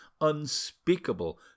unspeakable